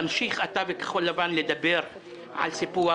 תמשיכו אתה וכחול לבן לדבר על סיפוח,